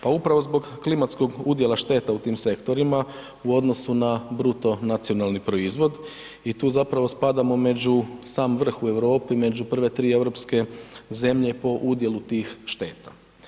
Pa upravo zbog klimatskog udjela šteta u tim sektorima u odnosu na bruto nacionalni proizvod i tu zapravo spadamo među sam vrh u Europi, među prve tri europske zemlje po udjelu tih šteta.